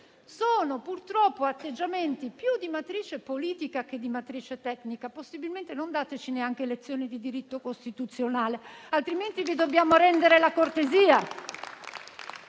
Sono, purtroppo, atteggiamenti di matrice politica più che di matrice tecnica. Possibilmente, non dateci neanche lezioni di diritto costituzionale, altrimenti vi dobbiamo rendere la cortesia.